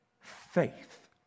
faith